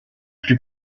plus